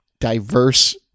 diverse